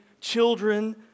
children